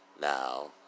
Now